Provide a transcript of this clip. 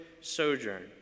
sojourn